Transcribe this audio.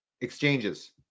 exchanges